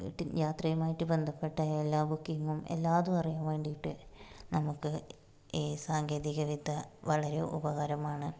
ഈട്ടില് യാത്രയുമായി ബന്ധപ്പെട്ട എല്ലാ ബുക്കിങ്ങും എല്ലാതും അറിയാന് വേണ്ടിയിട്ട് നമുക്ക് ഈ സാങ്കേതികവിദ്യ വളരെ ഉപകാരമാണ്